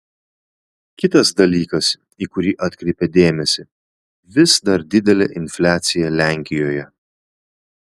kitas dalykas į kurį atkreipia dėmesį vis dar didelė infliacija lenkijoje